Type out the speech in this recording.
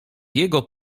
jego